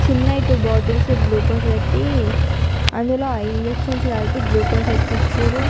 చిన్నవి two bottles glucose పెట్టి అందులో ఆ ఇంజక్షన్స్ కలిపి గ్లూకోస్ ఎక్కిచ్చారు